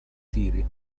tiri